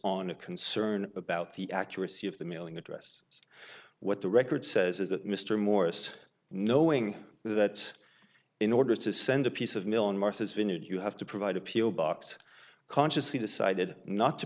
on a concern about the accuracy of the mailing address what the record says is that mr morris knowing that in order to send a piece of mail in martha's vineyard you have to provide appeal box consciously decided not to